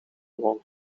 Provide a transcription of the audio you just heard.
gewoond